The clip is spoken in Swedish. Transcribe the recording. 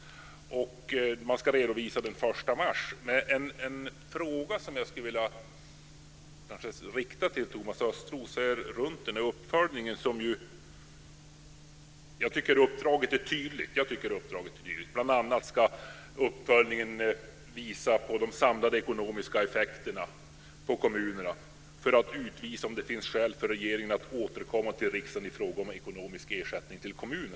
Man ska lämna en redovisning den 1 mars. Det är en fråga som jag skulle vilja rikta till Thomas Östros om uppföljningen. Jag tycker att uppdraget är tydligt, bl.a. ska uppföljningen visa på de samlade ekonomiska effekterna på kommunerna för att utvisa om det finns skäl för regeringen att återkomma till riksdagen i fråga om ekonomisk ersättning till kommunerna.